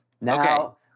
Now